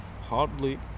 hardly